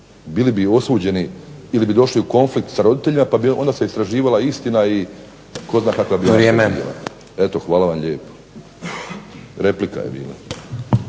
Bili bi osuđeni ili bi došli u konflikt sa roditeljima, pa bi onda se istraživala istina i tko zna kakva bi reakcija bila. …/Upadica Stazić: Vrijeme./… Eto hvala vam lijepo. Replika je bila.